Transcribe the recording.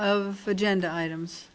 of agenda items